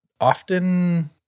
often